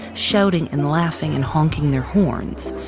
shouting and laughing and honking their horns.